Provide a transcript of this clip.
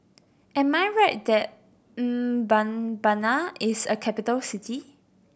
am I right that Mbabana is a capital city